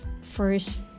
first